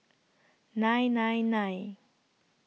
nine nine nine